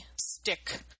stick